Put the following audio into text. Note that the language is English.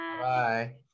Bye